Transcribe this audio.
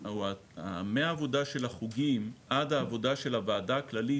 הוא מהעבודה של החוגים עד העבודה של הוועדה הכללית